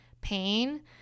pain